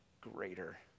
greater